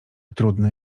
trudny